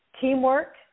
Teamwork